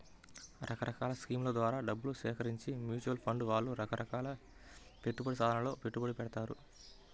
రకరకాల స్కీముల ద్వారా డబ్బు సేకరించి మ్యూచువల్ ఫండ్ వాళ్ళు రకరకాల పెట్టుబడి సాధనాలలో పెట్టుబడి పెడతారు